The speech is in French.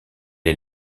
est